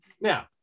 now